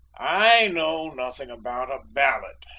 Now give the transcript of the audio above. i know nothing about a ballant,